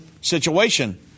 situation